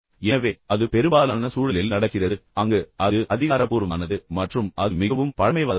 எனவே அது பெரும்பாலான சூழலில் நடக்கிறது அங்கு அது அதிகாரப்பூர்வமானது மற்றும் அது மிகவும் பழமைவாதமானது